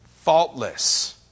faultless